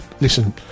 Listen